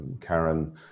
Karen